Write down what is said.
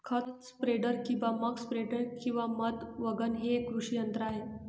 खत स्प्रेडर किंवा मक स्प्रेडर किंवा मध वॅगन हे एक कृषी यंत्र आहे